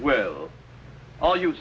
well all you